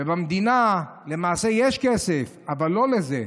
ובמדינה למעשה יש כסף, אבל לא לזה,